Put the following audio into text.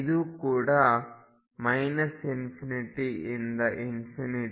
ಇದು ಕೂಡ −∞ ಇಂದ ∞